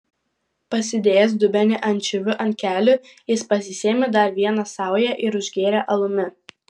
pasidėjęs dubenį ančiuvių ant kelių jis pasisėmė dar vieną saują ir užgėrė alumi